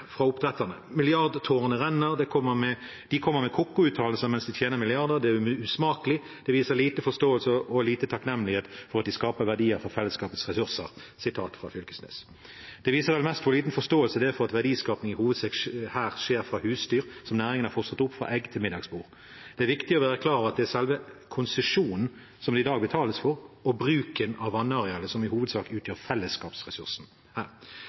fra oppdretterne. Milliardtårene renner. De kommer med koko-uttalelser mens de tjener milliarder. Det er usmakelig. De viser lite forståelse og lite takknemlighet for at de skaper verdier fra fellesskapets ressurser.» Det viser vel mest hvor liten forståelse det er for at verdiskaping i hovedsak her skjer fra husdyr som næringen har fostret opp fra egg til middagsbord. Det er viktig å være klar over at det er selve konsesjonen som det i dag betales for, og bruken av vannarealet som i hovedsak utgjør fellesskapsressursen her. Det er